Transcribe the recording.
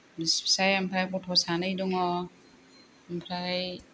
बिसि फिसाय ओमफ्राय गथ' सानै दङ ओमफ्राय